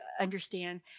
understand